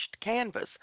canvas